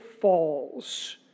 falls